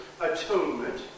atonement